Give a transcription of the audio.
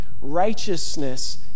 Righteousness